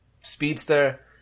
speedster